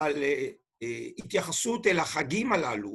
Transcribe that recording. ‫על התייחסות אל החגים הללו.